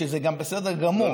שגם זה בסדר גמור.